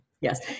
yes